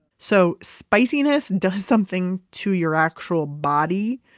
so spiciness does something to your actual body,